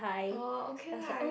orh okay lah you